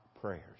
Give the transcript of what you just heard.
prayers